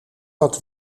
dat